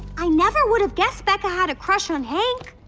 i never would've guessed becca had a crush on hank.